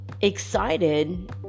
excited